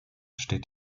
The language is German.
steht